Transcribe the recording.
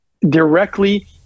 directly